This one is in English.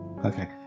Okay